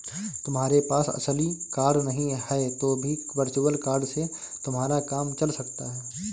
तुम्हारे पास असली कार्ड नहीं है तो भी वर्चुअल कार्ड से तुम्हारा काम चल सकता है